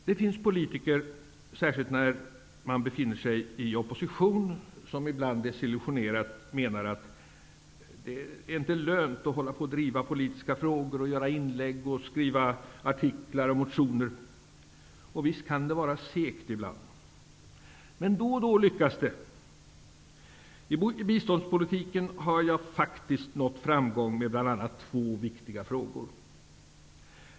Det finns politiker som, särskilt när de befinner sig i opposition, ibland desillusionerat menar att det inte är lönt att driva politiska frågor och göra inlägg, skriva artiklar och motioner. Visst kan det vara segt ibland, men då och då lyckas det. I biståndspolitiken har jag faktiskt nått framgång med bl.a. två viktiga frågor.